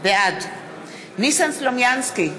בעד ניסן סלומינסקי,